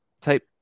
type